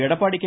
Edappadi K